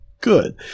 good